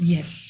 Yes